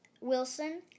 Wilson